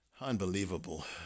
Unbelievable